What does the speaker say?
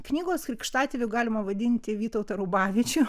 knygos krikštatėviu galima vadinti vytautą rubavičių